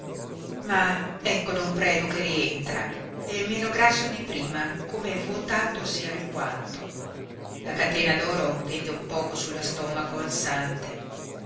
ma ecco don predu che rientra è meno grasso di prima come vuotatosi alquanto la catena d'oro pende un poco sullo stomaco ansante